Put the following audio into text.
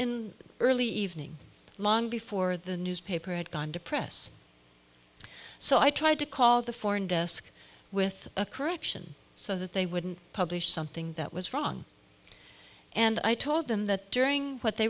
in early evening long before the newspaper had gone to press so i tried to call the foreign desk with a correction so that they wouldn't publish something that was wrong and i told them that during what they